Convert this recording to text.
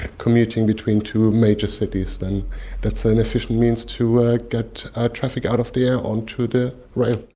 commuting between two major cities, then that's an efficient means to ah get ah traffic out of the air onto the rail.